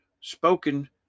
spoken